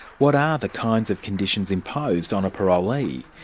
what are the kinds of conditions imposed on a parolee?